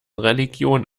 religion